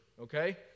okay